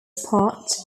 spot